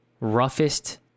roughest